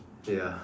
ya